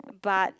but